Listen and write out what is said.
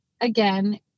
again